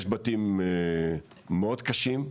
יש בתים מאוד קשים,